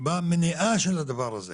במניעה של הדבר הזה.